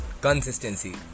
Consistency